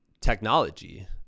technology